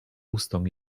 ustom